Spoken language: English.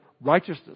righteousness